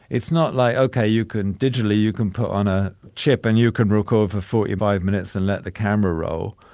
it's not like, okay, you can digitally you can put on a chip and you can roko for forty five minutes and let the camera row,